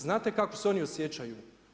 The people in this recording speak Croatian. Znate kako se oni osjećaju?